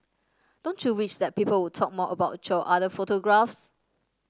don't you wish that people would talk more about your other photographs